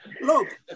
look